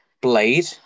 Blade